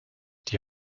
die